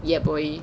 ye boy